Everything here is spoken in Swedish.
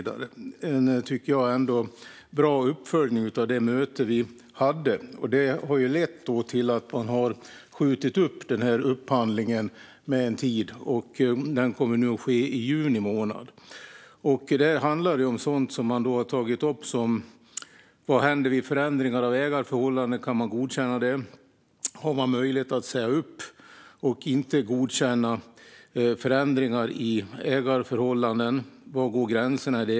Det är en bra uppföljning av det möte vi hade, och det har lett till att man har skjutit upp upphandlingen en tid. Den kommer nu att ske i juni månad. Upphandlingen handlar om sådant som man har tagit upp, till exempel vad som händer vid förändringar av ägarförhållanden, om man kan godkänna dem och om man har möjlighet att säga upp och alltså inte godkänna förändringar av ägarförhållanden. Var går gränserna?